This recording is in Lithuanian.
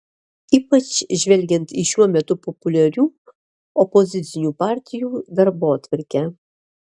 ypač žvelgiant į šiuo metu populiarių opozicinių partijų darbotvarkę